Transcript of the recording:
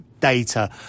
data